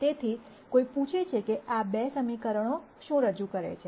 તેથી કોઈ પૂછે છે કે 2 સમીકરણો શું રજૂ કરે છે